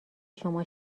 شما